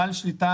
בעל שליטה